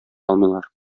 алмыйлар